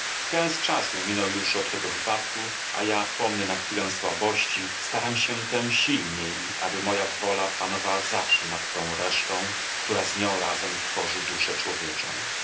kęs czasu minął już od tego wypadku a ja pomny na chwilę słabości staram się tem silniej aby moja wola panowała zawsze nad tą resztą która z nią razem tworzy duszę człowieczą